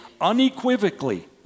unequivocally